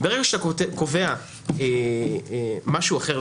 ברגע שאתה קובע משהו אחר,